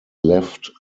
left